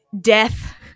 death